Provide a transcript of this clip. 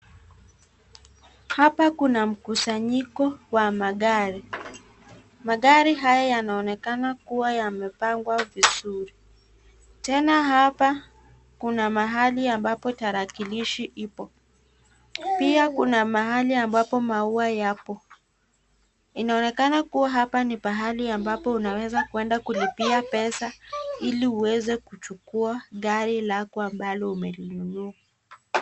Hapa kuna mkusanyiko wa magari ,magari haya yanaonekana kuwa yamepagwa vizuri, tena hapa kuna mahali ambapo tarakilishi ipo, pia kuna mahali ambapo maua yapo, inaonekana kuwa hapa ni pahali ambapo unaweza kuenda kulipia pesa, ili uweze kuchukua gari lako ambalo umelinunua.